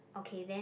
okay then